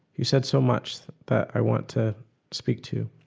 you said so much that i want to speak to,